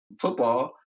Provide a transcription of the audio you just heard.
football